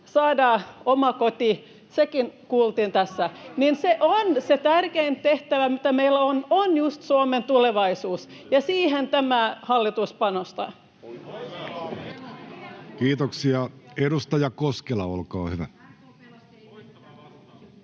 saada oman kodin — sekin kuultiin tässä. Se on se tärkein tehtävä, mikä meillä on, juuri Suomen tulevaisuus, ja siihen tämä hallitus panostaa. Kiitoksia. — Edustaja Koskela, olkaa hyvä.